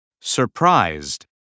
Surprised